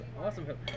awesome